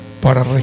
para